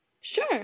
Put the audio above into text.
Sure